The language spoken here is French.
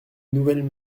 nouvelle